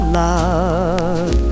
love